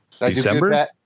December